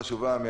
מכל